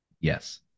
yes